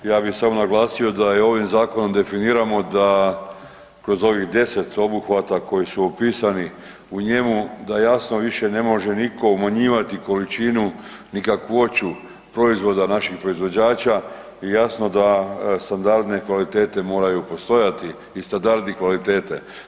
Ja bi samo naglasio da je ovim zakonom definirano da kroz ovih 10 obuhvata koji su opisani u njemu da jasno više ne može niko umanjivati količinu ni kakvoću proizvoda naših proizvođača i jasno da standardne kvalitete moraju postojati i standardne kvalitete.